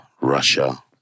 Russia